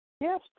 Yes